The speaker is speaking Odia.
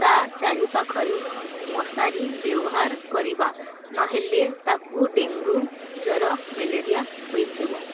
ତା ଚାରିପାଖରେ ମଶାରି ବ୍ୟବହାର କରିବା ନହେଲେ ତାକୁ ଡେଙ୍ଗୁ ଜ୍ୱର ମ୍ୟାଲେରିଆ ହୋଇଥିବ